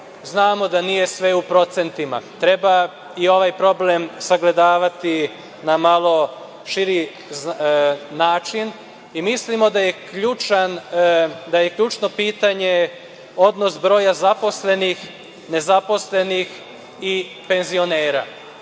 znamo da nije sve u procentima. Treba i ovaj problem sagledavati na malo širi način. Mislimo da je ključno pitanje odnos broja zaposlenih, nezaposlenih i penzionera.